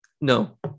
No